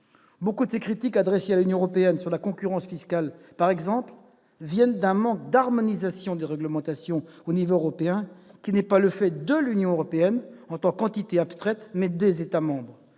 beaucoup des critiques adressées à l'Union européenne, sur la concurrence fiscale par exemple, viennent d'un manque d'harmonisation des réglementations au niveau européen qui est le fait non de l'Union européenne en tant qu'entité abstraite, mais des États membres.